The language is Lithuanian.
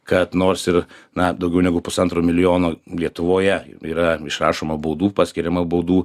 kad nors ir na daugiau negu pusantro milijono lietuvoje yra išrašoma baudų paskiriama baudų